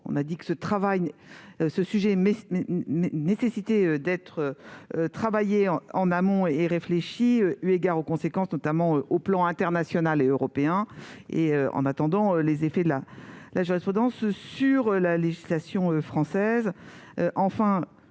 ministre. Ce sujet nécessite d'être travaillé en amont et réfléchi, eu égard aux conséquences, notamment sur le plan international et européen. Il importe également d'attendre les effets de la jurisprudence sur la législation française.